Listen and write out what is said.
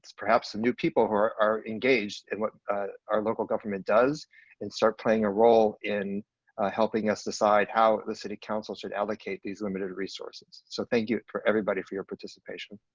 perhaps some new people who are engaged in what our local government does and start playing a role in helping us decide how the city council should allocate these limited resources. so thank you for everybody for your participation.